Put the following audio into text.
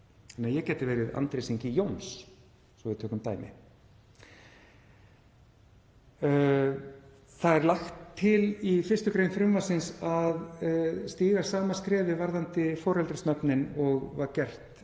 þannig að ég gæti verið Andrés Ingi Jóns, svo að við tökum dæmi. Það er lagt til í 1. gr. frumvarpsins að stíga sama skrefið varðandi foreldrisnöfnin og var gert